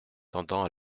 tendant